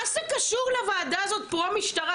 מה זה קשור לוועדה הזאת פרו משטרה?